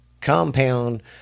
compound